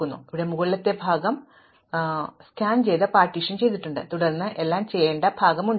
പിന്നെ ഞാൻ ഇവിടെ മുകളിലെ ഭാഗം നേടാൻ പോകുന്നു ഈ ഘടകങ്ങൾ ഇതിനകം തന്നെ സ്കാൻ ചെയ്ത് പാർട്ടീഷൻ ചെയ്തിട്ടുണ്ട് തുടർന്ന് എനിക്ക് ചെയ്യേണ്ട ഭാഗം ഉണ്ട്